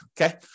okay